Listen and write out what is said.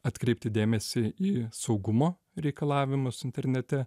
atkreipti dėmesį į saugumo reikalavimus internete